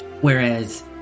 Whereas